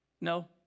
No